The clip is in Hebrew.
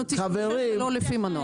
--- זה לא לפי מנוע.